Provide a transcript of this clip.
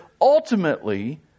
Ultimately